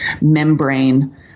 membrane